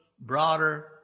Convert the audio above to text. broader